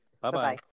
bye-bye